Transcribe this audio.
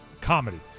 comedy